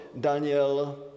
Daniel